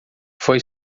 foi